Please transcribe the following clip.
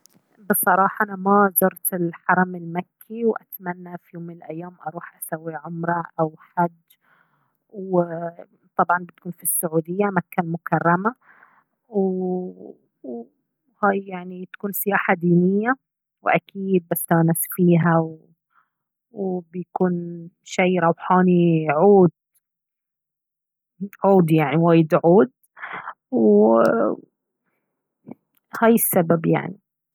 بصراحة أنا ما زرت الحرم المكي وأتمنى في يوم من الأيام أروح أسوي عمره أو حج وطبعاً بتكون في السعودية مكة المكرمة وهاي يعني تكون سياحة دينية وأكيييد بستانس فيها وبيكون شي روحاني عووود عود يعني وايد عود وهاي السبب يعني.